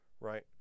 Right